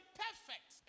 perfect